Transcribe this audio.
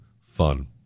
fun